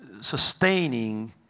sustaining